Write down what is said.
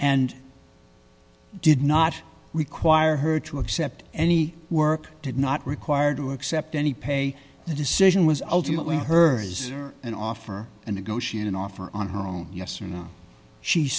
and did not require her to accept any work did not require to accept any pay the decision was ultimately hers or an offer a negotiated offer on her own yes or no she